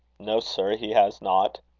no, sir, he has not.